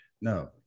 No